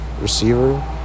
receiver